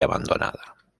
abandonada